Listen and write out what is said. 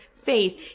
face